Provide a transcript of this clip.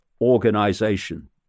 organization